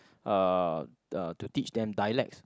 uh to teach them dialects